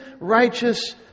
righteous